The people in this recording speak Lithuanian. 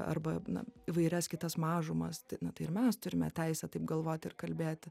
arba na įvairias kitas mažumas tai na tai ir mes turime teisę taip galvoti ir kalbėti